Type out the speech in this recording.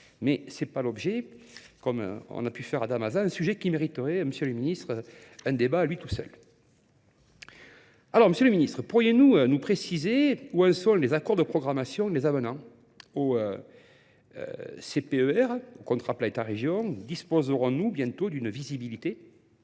mais ce n'est pas l'objet, comme on a pu faire à Damazan, un sujet qui mériterait, monsieur le ministre, un débat à lui tout seul. Alors, M. le Ministre, pourriez-nous nous préciser où en sont les accords de programmation des abonnants au CPER, au contrat de l'Etat région, disposeront-nous bientôt d'une visibilité ?